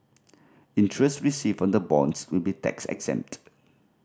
interest received on the bonds will be tax exempt